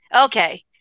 Okay